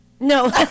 No